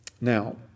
Now